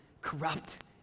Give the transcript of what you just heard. corrupt